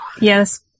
Yes